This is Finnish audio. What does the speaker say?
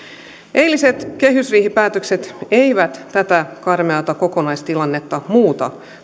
eiliset kehysriihipäätökset eivät tätä karmeata kokonaistilannetta muuta